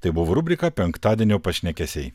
tai buvo rubrika penktadienio pašnekesiai